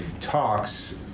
talks